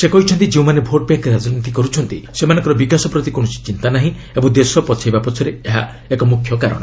ସେ କହିଛନ୍ତି ଯେଉଁମାନେ ଭୋଟ ବ୍ୟାଙ୍କ ରାଜନୀତି କରୁଛନ୍ତି ସେମାନଙ୍କର ବିକାଶ ପ୍ରତି କୌଣସି ଚିନ୍ତା ନାହିଁ ଏବଂ ଦେଶ ପଛାଇବା ପଛରେ ଏହା ଏକ ମୁଖ୍ୟ କାରଣ